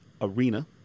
Arena